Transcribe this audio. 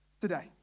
today